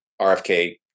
RFK